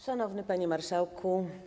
Szanowny Panie Marszałku!